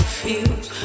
feels